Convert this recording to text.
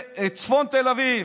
לצפון תל אביב.